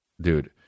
Dude